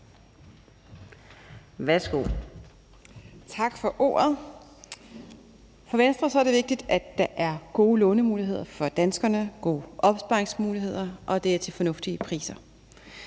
(V): Tak for ordet. For Venstre er det vigtigt, at der er gode lånemuligheder for danskerne og gode opsparingsmuligheder, og at det er til fornuftige priser.